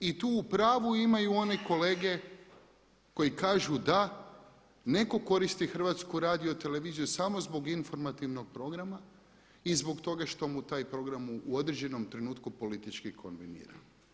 I tu u pravu imaju one kolege koji kažu da, neko koristi HRT samo zbog informativnog programa i zbog toga što mu taj program u određenom trenutku politički kombinira.